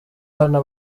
hano